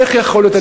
איך יכול להיות,